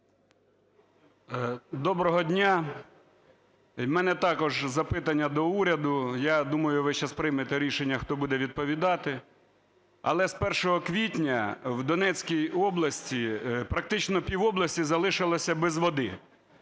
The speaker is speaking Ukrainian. Доброго дня! В мене також запитання до уряду. Я думаю, що ви зараз приймете рішення, хто буде відповідати. Але з 1 квітня в Донецькій області практично півобласті залишилося без води